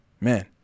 man